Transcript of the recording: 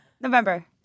November